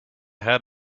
had